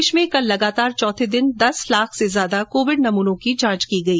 देश में कल लगातार चौथे दिन दस लाख से ज्यादा कोविड नमूनों की जांच की गई